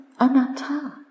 anatta